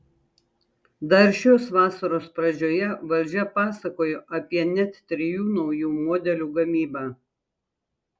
dar šios vasaros pradžioje valdžia pasakojo apie net trijų naujų modelių gamybą